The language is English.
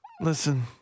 Listen